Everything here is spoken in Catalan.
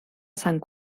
sant